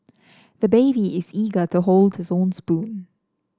the baby is eager to hold his own spoon